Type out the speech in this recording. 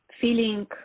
feeling